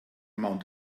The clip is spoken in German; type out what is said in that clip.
mount